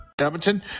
Edmonton